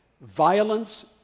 violence